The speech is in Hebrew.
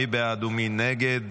מי בעד ומי נגד?